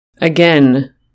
Again